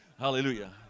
Hallelujah